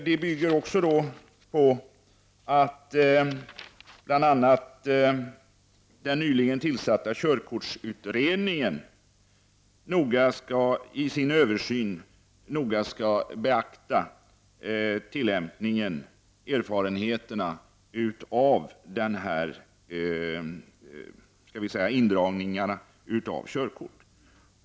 Det bygger bl.a. på att den nyligen tillsatta körkortsutredningen i sin översyn noga skall beakta erfarenheterna av tillämpningen av indragningar av körkort.